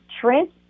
Trent